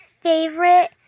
favorite